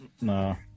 No